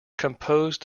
composed